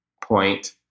Point